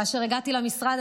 כאשר הגעתי למשרד,